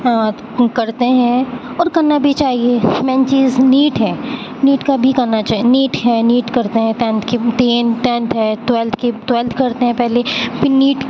کرتے ہیں اور کرنا بھی چاہیے مین چیز نیٹ ہے نیٹ کا بھی کرنا چاہیے نیٹ ہے نیٹ کرتے ہیں ٹینتھ ٹینتھ ہے ٹیولتھ کے ٹیول کرتے ہیں پہلے پھر نیٹ